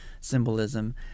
symbolism